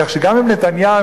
כך שגם אם נתניהו,